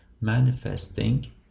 manifesting